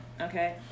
okay